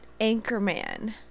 Anchorman